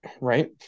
Right